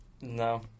No